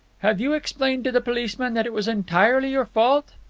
have you explained to the policeman that it was entirely your fault?